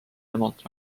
temalt